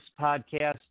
podcast